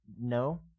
No